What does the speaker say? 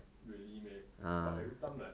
really meh but every time like